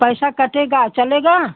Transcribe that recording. पैसा कटेगा चलेगा